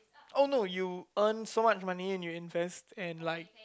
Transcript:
oh no you earn so much money and you invest and like